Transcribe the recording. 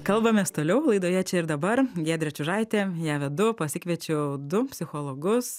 kalbamės toliau laidoje čia ir dabar giedrė čiužaitė ją vedu pasikviečiau du psichologus